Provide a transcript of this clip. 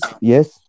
yes